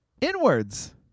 inwards